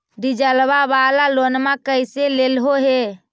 डीजलवा वाला लोनवा कैसे लेलहो हे?